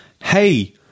Hey